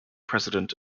president